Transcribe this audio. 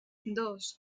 dos